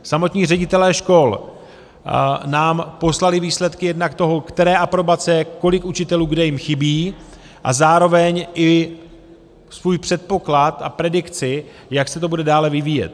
Samotní ředitelé škol nám poslali výsledky jednak toho, které aprobace, kolik učitelů kde jim chybí, a zároveň i svůj předpoklad a predikci, jak se to bude dále vyvíjet.